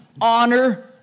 honor